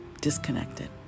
disconnected